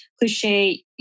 cliche